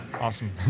Awesome